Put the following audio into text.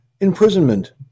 imprisonment